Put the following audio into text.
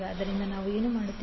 ಆದ್ದರಿಂದ ನಾವು ಏನು ಮಾಡುತ್ತೇವೆ